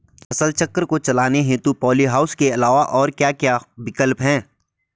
फसल चक्र को चलाने हेतु पॉली हाउस के अलावा और क्या क्या विकल्प हैं?